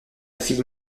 fille